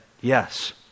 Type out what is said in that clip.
Yes